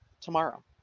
tomorrow